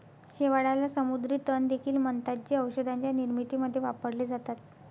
शेवाळाला समुद्री तण देखील म्हणतात, जे औषधांच्या निर्मितीमध्ये वापरले जातात